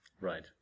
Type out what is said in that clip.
Right